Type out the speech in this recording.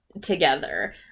together